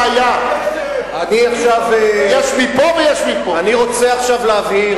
אדוני, אני רוצה עכשיו להבהיר